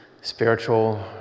spiritual